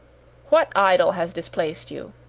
what idol has displaced you?